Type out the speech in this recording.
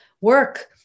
work